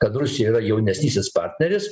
kad rusija yra jaunesnysis partneris